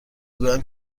گویم